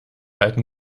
alten